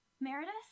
Meredith